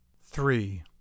three